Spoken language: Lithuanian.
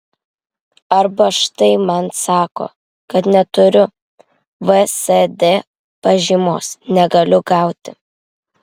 arba štai man sako kad neturiu vsd pažymos negaliu gauti